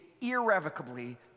irrevocably